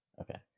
Okay